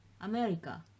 America